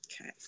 okay